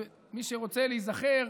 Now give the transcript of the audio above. מי שרוצה להיזכר,